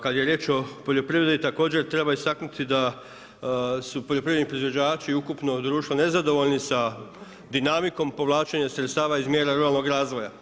Kada je riječ o poljoprivredi, također treba istaknuti da su poljoprivredni proizvođači i ukupno društvo nezadovoljni sa dinamikom povlačenja sredstava iz mjera ruralnog razvoja.